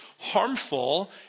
harmful